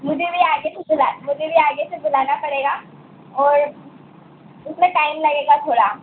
मुझे भी आगे से बुलाया मुझे भी आगे से बुलाना पड़ेगा और उसमें टाइम लगेगा थोड़ा